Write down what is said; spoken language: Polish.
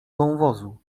wąwozu